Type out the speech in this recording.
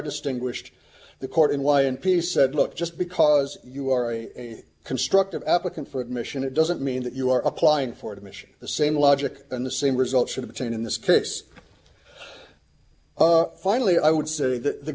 distinguished the court and why and piece said look just because you are a constructive applicant for admission it doesn't mean that you are applying for a mission the same logic and the same result should obtain in this case finally i would say that the